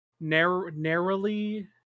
Narrowly